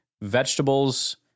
vegetables